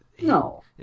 No